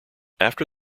after